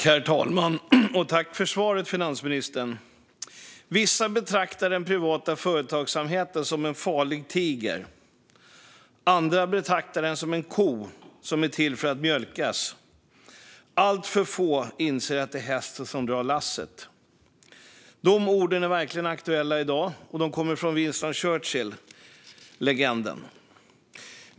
Herr talman! Tack för svaret, finansministern! Vissa betraktar den privata företagsamheten som en farlig tiger. Andra betraktar den som en ko som är till för att mjölkas. Alltför få inser att den är hästen som drar lasset. Dessa ord är verkligen aktuella i dag, och de kommer från legenden Winston Churchill.